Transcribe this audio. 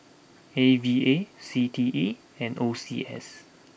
A V A C T E and O C S